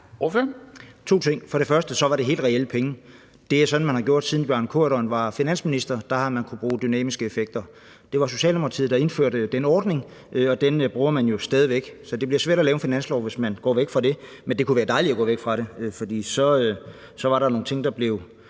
to ting. For det første var det helt reelle penge. Det er sådan, man har gjort, siden Bjarne Corydon var finansminister – der har man kunnet bruge dynamiske effekter. Det var Socialdemokratiet, der indførte den ordning, og den bruger man jo stadig væk. Så det bliver svært at lave en finanslov, hvis man går væk fra det, men det kunne være dejligt at gå væk fra det, for så var der nogle ting, der blev